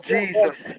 Jesus